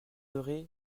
aurez